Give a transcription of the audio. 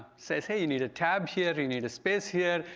says hey, you need a tab here, you need a space here,